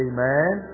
Amen